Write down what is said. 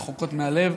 רחוקות מהלב,